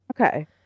okay